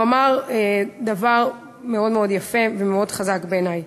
והוא אמר דבר מאוד מאוד יפה ומאוד חזק בעיני.